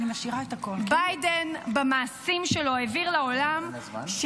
ביידן במעשים שלו הבהיר לעולם,